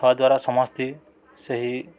ତାହା ଦ୍ୱାରା ସମସ୍ତେ ସେହି